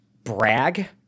brag